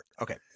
Okay